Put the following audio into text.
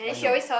I know